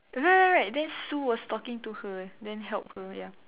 right right right then Sue was talking to her then help her ya